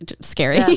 scary